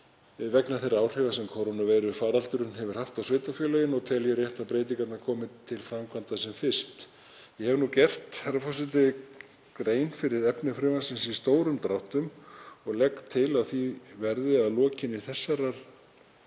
vegna þeirra áhrifa sem kórónuveirufaraldurinn hefur haft á sveitarfélögin og tel ég rétt að breytingarnar komi til framkvæmda sem fyrst. Ég hef nú gert grein fyrir efni frumvarpsins í stórum dráttum og legg til að því verði að lokinni þessari